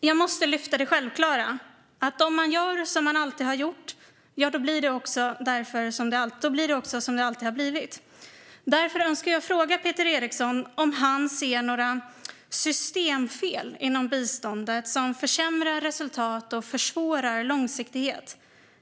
Jag måste lyfta fram det självklara: Om man gör som man alltid har gjort, ja, då blir det också som det alltid har blivit. Därför önskar jag fråga Peter Eriksson om han ser några systemfel inom biståndet som försämrar resultat och försvårar långsiktighet.